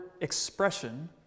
expression